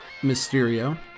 Mysterio